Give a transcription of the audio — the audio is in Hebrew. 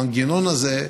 המנגנון הזה,